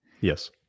Yes